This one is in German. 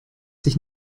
sich